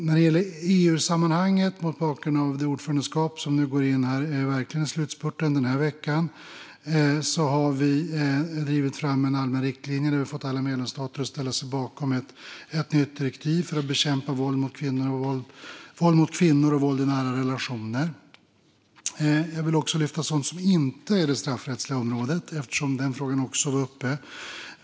I EU-sammanhang, mot bakgrund av det ordförandeskap som går in i slutspurten den här veckan, har vi drivit fram en allmän riktlinje som vi har fått alla medlemsstater att ställa sig bakom i form av ett nytt direktiv för att bekämpa våld mot kvinnor och våld i nära relationer. Jag vill också lyfta fram sådant som inte ligger inom det straffrättsliga området, eftersom den frågan var uppe.